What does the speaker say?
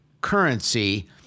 currency